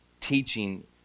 teaching